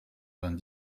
vingt